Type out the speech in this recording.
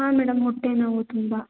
ಹಾಂ ಮೇಡಮ್ ಹೊಟ್ಟೆ ನೋವು ತುಂಬ